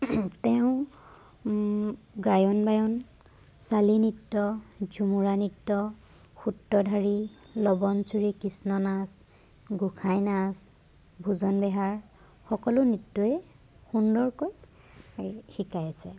তেওঁ গায়ন বায়ন চালি নৃত্য ঝুমুৰা নৃত্য সুত্ৰধাৰী লৱন চুৰি কৃষ্ণ নাচ গোসাঁই নাচ ভোজন বেহাৰ সকলো নৃত্যই সুন্দৰকৈ শিকাই আছে